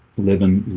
living